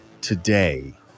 today